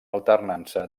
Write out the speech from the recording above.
alternança